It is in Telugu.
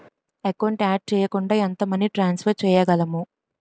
ఎకౌంట్ యాడ్ చేయకుండా ఎంత మనీ ట్రాన్సఫర్ చేయగలము?